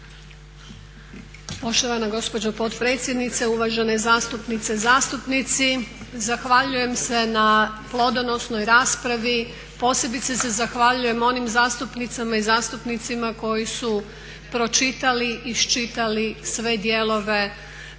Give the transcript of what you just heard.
Poštovana gospođo potpredsjednice, uvažene zastupnice i zastupnici. Zahvaljujem se na plodonosnoj raspravi, posebice se zahvaljujem onim zastupnicama i zastupnicima koji su pročitali, iščitali sve dijelove